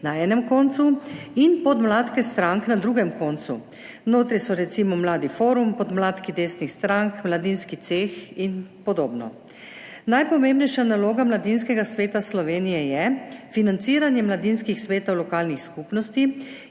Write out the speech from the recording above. na enem koncu in podmladke strank na drugem koncu. Notri so recimo Mladi forum, podmladki desnih strank, Mladinski ceh in podobno. Najpomembnejša naloga Mladinskega sveta Slovenije je financiranje mladinskih svetov lokalnih skupnosti